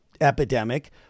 epidemic